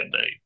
day